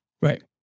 Right